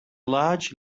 large